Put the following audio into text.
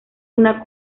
una